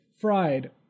fried